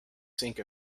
sink